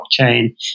blockchain